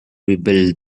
rebuild